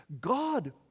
God